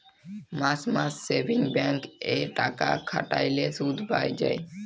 মাস মাস savings bank এ টাকা খাটাল্যে শুধ পাই যায়